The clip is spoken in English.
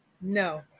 no